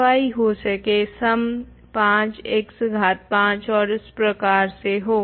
fi हो सके सम 5 x घात 5 और इस प्रकार से हो